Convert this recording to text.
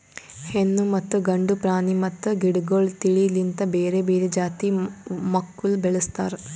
ಹೆಣ್ಣು ಮತ್ತ ಗಂಡು ಪ್ರಾಣಿ ಮತ್ತ ಗಿಡಗೊಳ್ ತಿಳಿ ಲಿಂತ್ ಬೇರೆ ಬೇರೆ ಜಾತಿ ಮಕ್ಕುಲ್ ಬೆಳುಸ್ತಾರ್